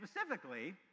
specifically